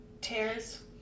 Tears